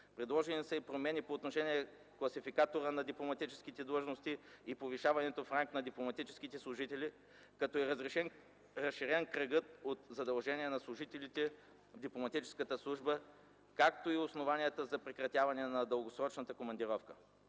Предложени са и промени по отношение Класификатора на дипломатическите длъжности и повишаването в ранг на дипломатическите служители, като е разширен кръгът от задължения на служителите в дипломатическата служба, както и основанията за прекратяване на дългосрочната командировка.